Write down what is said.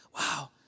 Wow